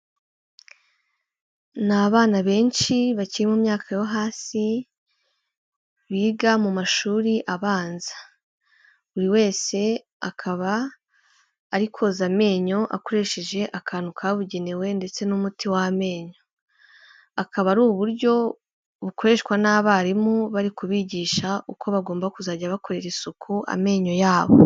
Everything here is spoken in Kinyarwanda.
Ni abana benshi bakiri mu myaka yo hasi biga mu mashuri abanza, buri wese akaba ari koza amenyo akoresheje akantu kabugenewe ndetse n'umuti w'amenyo, akaba ari uburyo bukoreshwa n'abarimu bari kubigisha uko bagomba kuzajya bakorera isuku amenyo yabo.